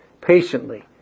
patiently